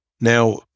Now